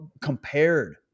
compared